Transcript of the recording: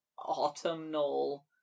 autumnal